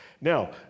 Now